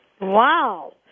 Wow